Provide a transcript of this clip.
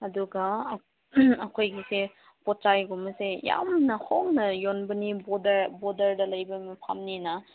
ꯑꯗꯨꯒ ꯑꯩꯈꯣꯏꯒꯤꯁꯦ ꯄꯣꯠ ꯆꯩꯒꯨꯝꯕꯁꯦ ꯌꯥꯝꯅ ꯍꯣꯡꯅ ꯌꯣꯟꯕꯅꯤ ꯕꯣꯗꯔ ꯕꯣꯗꯔꯗ ꯂꯩꯕ ꯃꯐꯝꯅꯤꯅ